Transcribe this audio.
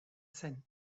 zen